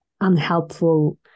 unhelpful